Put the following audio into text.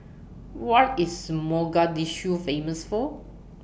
What IS Mogadishu Famous For